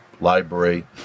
library